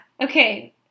Okay